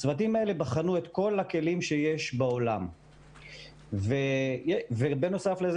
הצוותים האלה בחנו את כל הכלים שיש בעולם ובנוסף לכך